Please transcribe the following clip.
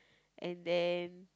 and then